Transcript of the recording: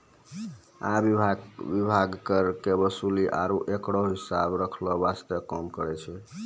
आयकर विभाग कर के वसूले आरू ओकरो हिसाब रख्खै वास्ते काम करै छै